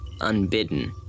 unbidden